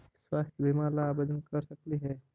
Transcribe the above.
स्वास्थ्य बीमा ला आवेदन कर सकली हे?